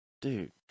Dude